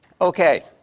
Okay